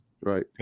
Right